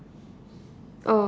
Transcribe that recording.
oh